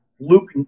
Luke